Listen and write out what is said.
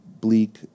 bleak